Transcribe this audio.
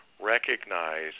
recognize